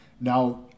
now